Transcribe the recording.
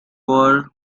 war